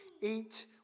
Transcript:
eat